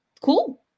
cool